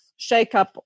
shakeup